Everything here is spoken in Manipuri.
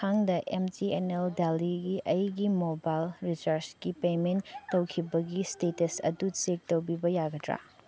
ꯈꯨꯊꯥꯡꯗ ꯑꯦꯝ ꯖꯤ ꯑꯦꯟ ꯑꯦꯜ ꯗꯦꯜꯂꯤꯒꯤ ꯃꯣꯕꯥꯏꯜ ꯔꯤꯆꯥꯔꯖꯀꯤ ꯄꯦꯃꯦꯟ ꯇꯧꯈꯤꯕꯒꯤ ꯁ꯭ꯇꯦꯇꯁ ꯑꯗꯨ ꯆꯦꯛ ꯇꯧꯕꯤꯕ ꯌꯥꯒꯗ꯭ꯔꯥ